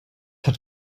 hat